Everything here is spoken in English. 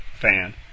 fan